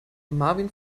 marvin